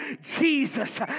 Jesus